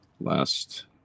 last